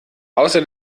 außer